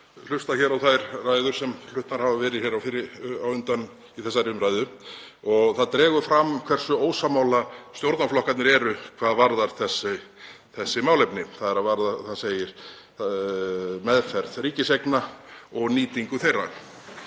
hlusta á þær ræður sem fluttar hafa verið í þessari umræðu. Það dregur fram hversu ósammála stjórnarflokkarnir eru hvað varðar þessi málefni, þ.e. meðferð ríkiseigna og nýtingu þeirra.